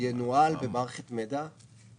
ואז זה ינוהל במערכת מידע,